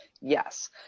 yes